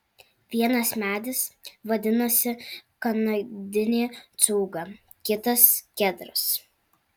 vienas medis vadinasi kanadinė cūga kitas kedras